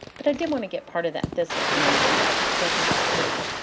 but i did want to get part of that thistle image in there because i think it's pretty.